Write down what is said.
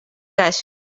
cas